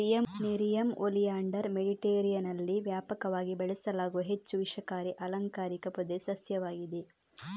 nerium oleander ಮೆಡಿಟರೇನಿಯನ್ನಲ್ಲಿ ವ್ಯಾಪಕವಾಗಿ ಬೆಳೆಸಲಾಗುವ ಹೆಚ್ಚು ವಿಷಕಾರಿ ಅಲಂಕಾರಿಕ ಪೊದೆ ಸಸ್ಯವಾಗಿದೆ